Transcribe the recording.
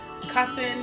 cussing